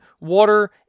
water